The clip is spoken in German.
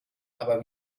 aber